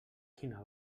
quina